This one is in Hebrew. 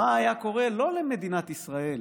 מה היה קורה לא למדינת ישראל